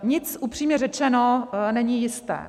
Nic upřímně řečeno není jisté.